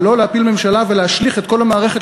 ולא להפיל ממשלה ולהשליך את כל המערכת